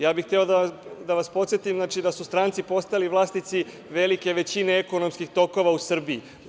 Ja bih hteo da vas podsetim da su stranci postali vlasnici velike većine ekonomskih tokova u Srbiji.